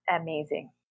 amazing